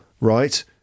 right